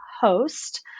host